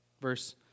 Verse